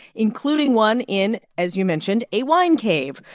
including one in as you mentioned a wine cave,